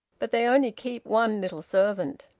but they only keep one little servant.